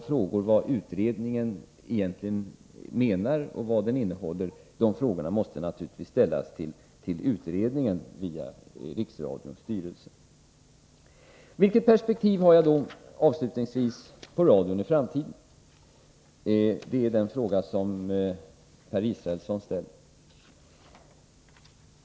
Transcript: Frågor om vad utredningen egentligen menar och om vad den innehåller måste naturligtvis ställas till utredningen via Riksradions styrelse. Vilket perspektiv har jag då, avslutningsvis, på radion i framtiden? Det är den fråga som Per Israelsson ställer.